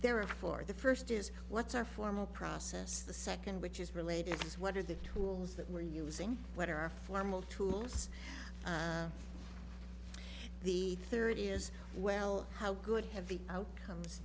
there are for the first is what's our formal process the second which is related is what are the tools that we're using what are our formal tools the third is well how good have the outcomes